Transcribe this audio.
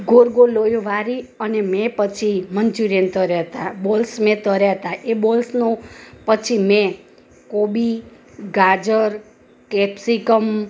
goal ગોલ લોયું વારી અને મેં પછી મન્ચુરિયન મેં તળ્યા હતાં બોલ્સ મેં તળ્યા હતાં એ બોલ્સનો પછી મેં કોબી ગાજર કેપ્સિકમ